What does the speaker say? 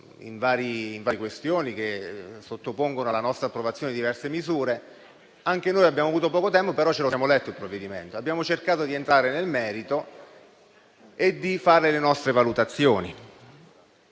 varie questioni e sottopongono alla nostra approvazione diverse misure. Anche noi abbiamo avuto poco tempo, però abbiamo letto il provvedimento, abbiamo cercato di entrare nel merito e di fare le nostre valutazioni.